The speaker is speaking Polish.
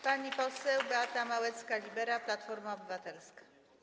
Pani poseł Beata Małecka-Libera, Platforma Obywatelska.